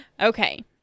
okay